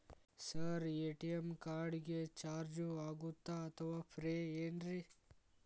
Sir ATM card ಗೆ charge ಆಗುತ್ತಾ ಅಥವಾ ಫ್ರೇ ನಾ?